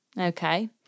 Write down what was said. Okay